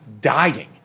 dying